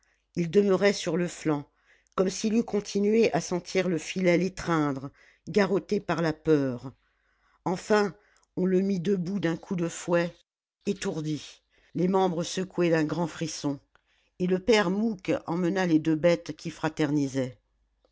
il demeurait sur le flanc comme s'il eût continué à sentir le filet l'étreindre garrotté par la peur enfin on le mit debout d'un coup de fouet étourdi les membres secoués d'un grand frisson et le père mouque emmena les deux bêtes qui